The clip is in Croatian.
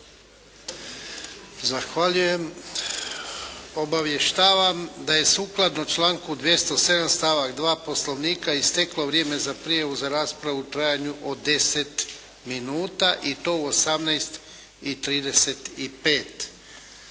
Zahvaljujem. Obavještavam da je sukladno članku 207. stavak 2. Poslovnika isteklo vrijeme za prijavu za raspravu u trajanju od deset minuta i to u 18,35.